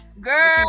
Girl